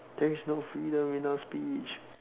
there's no freedom in our speech